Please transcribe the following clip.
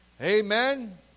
Amen